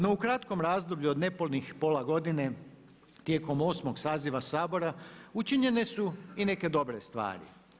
No, u kratkom razdoblju od nepunih pola godine tijekom 8. saziva Sabora učinjene su i neke dobre stvari.